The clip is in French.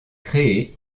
créée